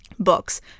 books